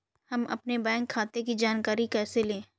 हम अपने बैंक खाते की जानकारी कैसे लें?